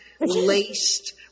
laced